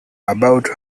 about